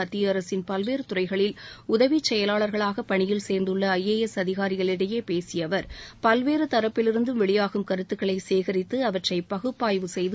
மத்திய அரசின் பல்வேறு துறைகளில் உதவிச் செயலாளர்களாக பணியில் சேர்ந்துள்ள ஐஏஎஸ் அதிகாரிகளிடையே பேசிய அவர் பல்வேறு தரப்பிலிருந்தும் வெளியாகும் கருத்துக்களை சேகரித்து அவற்றை பகுப்பாய்வு செய்து